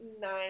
nine